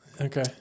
Okay